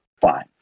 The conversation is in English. fine